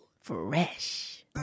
Fresh